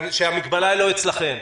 שהמגבלה היא לא אצלכם.